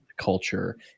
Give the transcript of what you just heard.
culture